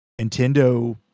Nintendo